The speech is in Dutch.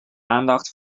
aandacht